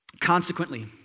Consequently